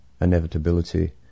inevitability